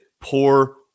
poor